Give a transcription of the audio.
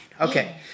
Okay